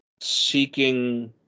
seeking